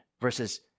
versus